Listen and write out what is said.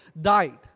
died